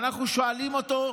ואנחנו שואלים אותו,